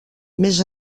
més